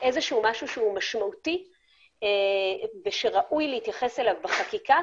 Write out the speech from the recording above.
משהו שהוא משמעותי ושראוי להתייחס אליו בחקיקה,